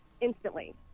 instantly